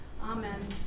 Amen